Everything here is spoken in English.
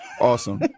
Awesome